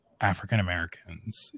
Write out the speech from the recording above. African-Americans